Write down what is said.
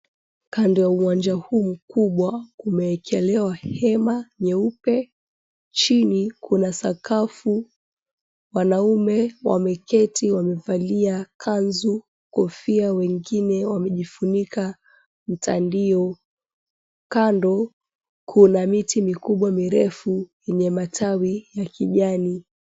Kando ya uwanja huu mkubwa kumeekelewa hema nyeupe. Chini kuna sakafu. Wanaume wameketi wamevalia kanzu, kofia wengine wamejifunika mtandio. Kando kuna miti mikubwa mirefu yenye matawi ya kijani.